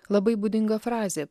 labai būdinga frazė